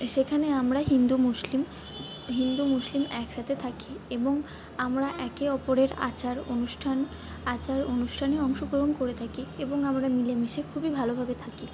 সেখানে আমরা হিন্দু মুসলিম হিন্দু মুসলিম একসাথে থাকি এবং আমরা একে অপরের আচার অনুষ্ঠান আচার অনুষ্ঠানে অংশগ্রহণ করে থাকি এবং আমরা মিলেমিশে খুবই ভালোভাবে থাকি